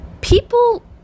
people